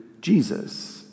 Jesus